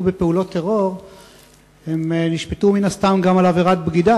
בפעולות טרור נשפטו מן הסתם גם על עבירת בגידה,